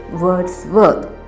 wordsworth